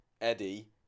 Eddie